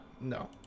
No